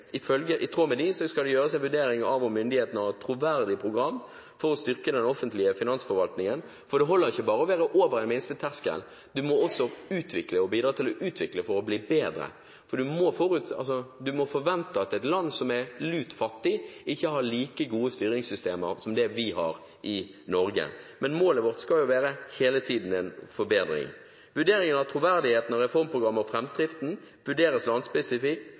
av om myndighetene har et troverdig program for å styrke den offentlige finansforvaltningen, for det holder ikke bare å være over en minsteterskel, du må også utvikle, og bidra til å utvikle for å bli bedre. Du må forvente at et land som er lutfattig, ikke har like gode styringssystemer som det vi har i Norge, men målet vårt skal jo hele tiden være en forbedring. Vurderingen av troverdigheten av reformprogrammet og framdriften vurderes